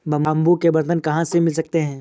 Bamboo के बर्तन कहाँ से मिल सकते हैं?